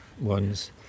ones